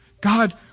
God